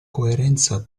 coerenza